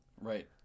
Right